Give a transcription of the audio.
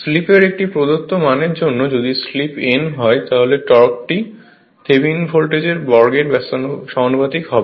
স্লিপের একটি প্রদত্ত মানের জন্য যদি স্লিপ n হয় তাহলে টর্কটি থেভনিন ভোল্টেজের বর্গের সমানুপাতিক হয়